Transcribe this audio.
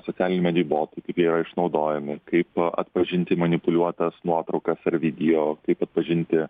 socialinių medijų botai kaip jie yra išnaudojami kaip atpažinti manipuliuotojas nuotraukas ar video kaip atpažinti